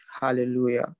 hallelujah